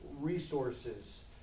resources